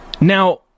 Now